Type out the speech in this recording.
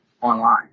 online